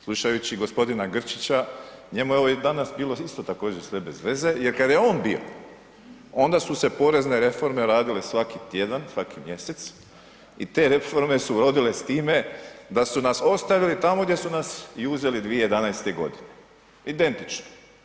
Slušajući g. Grčića njemu je ovo i danas bilo isto također sve bezveze jer kad je on bio onda su se porezne reforme radile svaki tjedan, svaki mjesec i te reforme su urodile s time da su nas ostavili tamo gdje su nas i uzeli 2011. godine, identično.